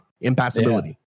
impassibility